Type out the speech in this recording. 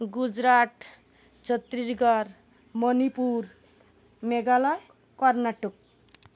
Gujarat Chhattisgarh Manipur Meghalaya Karnataka